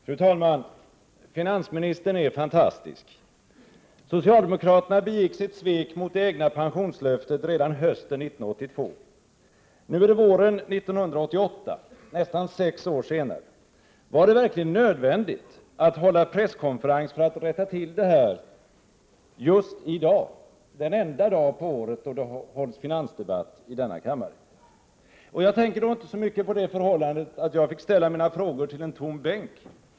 Fru talman! Finansministern är fantastisk! Socialdemokraterna begick sitt svek mot det egna pensionslöftet redan hösten 1982. Nu är det våren 1988 — nästan sex år senare. Var det verkligen nödvändigt att ordna en presskonferens för att rätta till detta just i dag, den enda dag på året då det hålls finansdebatt i denna kammare? Jag tänker då inte så mycket på det förhållandet att jag fick ställa mina frågor till en tom bänk.